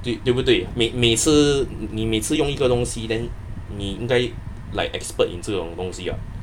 对对对不对你是你每次用一个东西 then 你应该 like expert in 这种东西 [what]